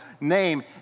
name